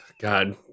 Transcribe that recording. God